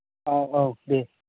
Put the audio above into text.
औ औ दे